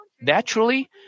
naturally